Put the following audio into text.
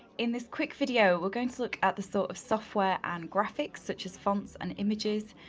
in this quick video, we're going to look at the sort of software and graphics, such as fonts and images,